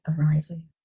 arising